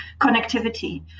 connectivity